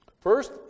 First